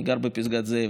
אני גר בפסגת זאב.